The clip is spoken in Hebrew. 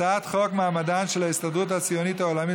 הצעת חוק מעמדן של ההסתדרות הציונית העולמית